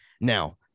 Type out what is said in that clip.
now